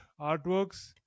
artworks